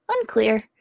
Unclear